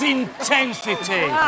intensity